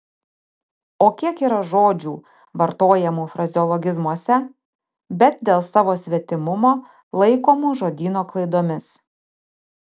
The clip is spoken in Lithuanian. o kiek yra žodžių vartojamų frazeologizmuose bet dėl savo svetimumo laikomų žodyno klaidomis